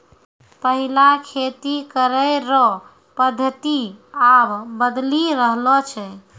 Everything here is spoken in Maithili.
पैहिला खेती करै रो पद्धति आब बदली रहलो छै